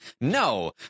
no